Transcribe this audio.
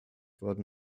worden